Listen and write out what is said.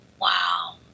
Wow